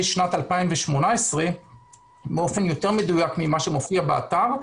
שנת 2018 באופן מדויק יותר ממה שמופיע באתר,